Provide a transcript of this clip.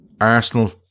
Arsenal